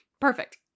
perfect